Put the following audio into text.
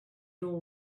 all